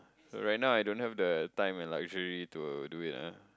right now I don't have time and luxury to do it ah